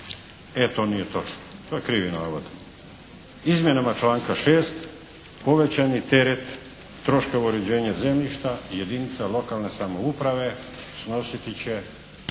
E to nije točno. To je krivi navod. Izmjenama članka 6. povećan je teret troškova uređenja zemljišta jedinica lokalne samouprave snositi će